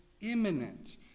imminent